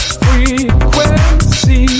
frequency